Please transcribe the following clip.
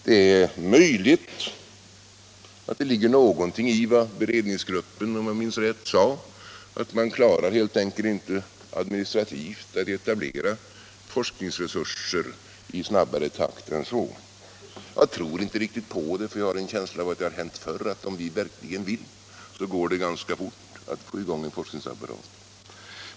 Det är möjligt att det ligger något i vad beredningsgruppen sade, om jag minns rätt, att man helt enkelt inte administrativt klarar att etablera forskartjänster i snabbare takt än så. Men jag tror inte riktigt på det. Jag har en känsla av att det har hänt förr att om vi verkligen vill, går det ganska fort att få i gång en forskningsapparat.